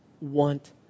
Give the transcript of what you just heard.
want